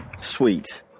sweet